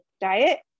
diet